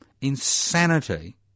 insanity